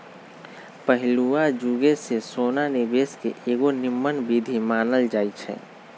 पहिलुआ जुगे से सोना निवेश के एगो निम्मन विधीं मानल जाइ छइ